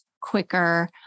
quicker